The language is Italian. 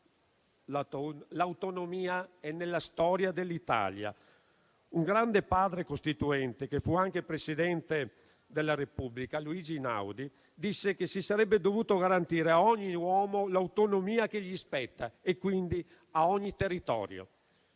L'autonomia è nella storia dell'Italia. Un grande Padre costituente, che fu anche Presidente della Repubblica, Luigi Einaudi, disse che si sarebbe dovuto garantire a ogni uomo l'autonomia che gli spetta e, quindi, a ogni territorio.